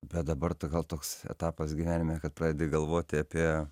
bet dabar gal toks etapas gyvenime kad pradedi galvoti apie